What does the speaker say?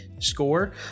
Score